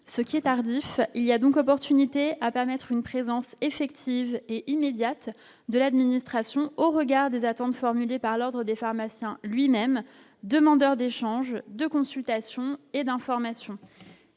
ce qui est tardif, il y a donc opportunité à permettre une présence effective et immédiate de l'administration au regard des attentes formulées par l'Ordre des pharmaciens lui-même demandeur d'échange de consultation et d'information,